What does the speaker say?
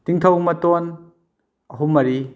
ꯇꯤꯡꯊꯧ ꯃꯇꯣꯟ ꯑꯍꯨꯝ ꯃꯔꯤ